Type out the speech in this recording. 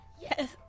Yes